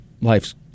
life's